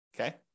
Okay